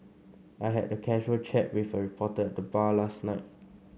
I had a casual chat with a reporter at the bar last night